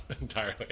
entirely